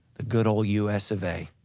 the good old u s. of a,